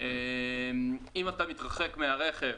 אם אתה מתרחק מהרכב,